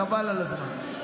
חבל על הזמן.